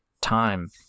time